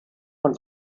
von